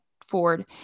Ford